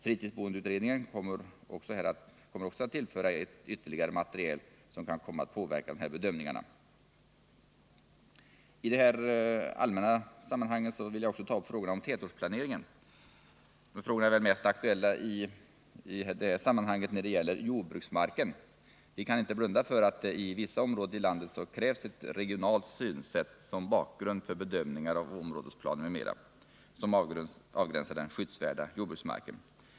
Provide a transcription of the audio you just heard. Fritidsboendeutredningen kommer här att tillföra ett ytterligare material som också kommer Den fysiska riksatt påverka de här bedömningarna. planeringen I de här allmänna sammanhangen vill jag också ta upp frågorna om tätortsplaneringen. Dessa frågor är väl mest aktuella när det gäller jordbruksmarken. Vi kan inte blunda för att det i vissa områden i landet krävs ett regionalt synsätt som bakgrund för bedömningar av områdesplaner m.m. som avgränsar den skyddsvärda jordbruksmarken.